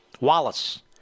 Wallace